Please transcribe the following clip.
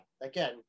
again